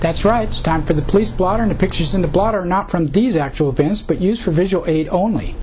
that's right it's time for the police blotter the pictures in the bottom not from these actual vans but use for visual aids only